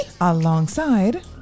alongside